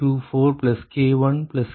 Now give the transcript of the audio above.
55K214324K1K2 Rshr